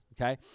okay